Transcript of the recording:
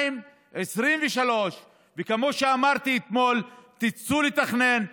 2023-2022. כמו שאמרתי אתמול, תצאו לתכנן.